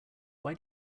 why